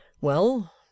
Well